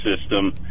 system